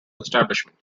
establishment